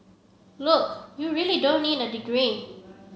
look you really don't need a degree